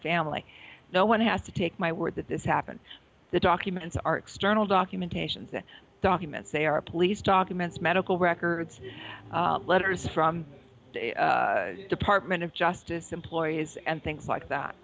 family no one has to take my word that this happened the documents are external documentation that documents they are police documents medical records letters from the department of justice employees and things like that